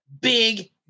big